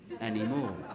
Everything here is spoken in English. anymore